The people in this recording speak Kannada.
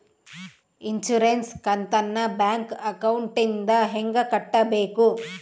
ಇನ್ಸುರೆನ್ಸ್ ಕಂತನ್ನ ಬ್ಯಾಂಕ್ ಅಕೌಂಟಿಂದ ಹೆಂಗ ಕಟ್ಟಬೇಕು?